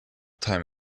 time